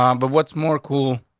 um but what's more cool,